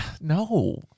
No